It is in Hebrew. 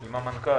עם המנכ"ל.